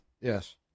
Yes